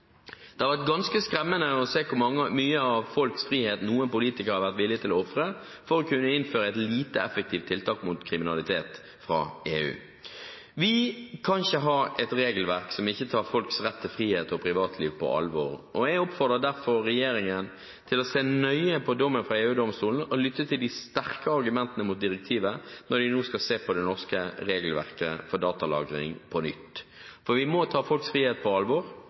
Det har vært ganske skremmende å se hvor mye av folks frihet noen politikere har vært villige til å ofre for å kunne innføre et lite effektivt tiltak mot kriminalitet fra EU. Vi kan ikke ha et regelverk som ikke tar folks rett til frihet og privatliv på alvor. Jeg oppfordrer derfor regjeringen til å se nøye på dommen fra EU-domstolen og lytte til de sterke argumentene mot direktivet når de nå skal se på det norske regelverket for datalagring på nytt – for vi må ta folks frihet på alvor.